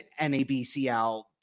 NABCL